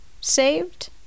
saved